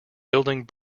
building